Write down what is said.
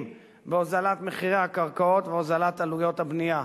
בהוזלת מחירי הקרקעות והוזלת עלויות הבנייה.